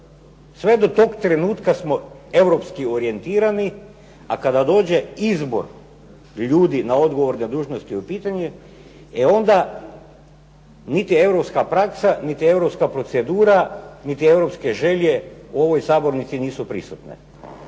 Sve do toga trenutka smo europski orijentirani, a kada dođe izbor ljudi na odgovorne dužnosti u pitanje, e onda niti europska praksa, niti europska procedura, niti europske želje u ovoj sabornici nisu prisutne.